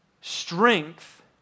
strength